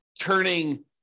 turning